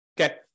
Okay